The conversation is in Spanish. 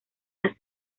las